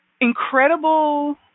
incredible